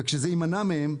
וכזה ימנע מהם,